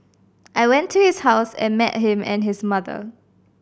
I went to his house and met him and his mother